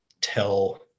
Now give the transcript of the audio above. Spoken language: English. tell